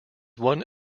one